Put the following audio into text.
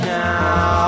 now